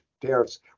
tariffs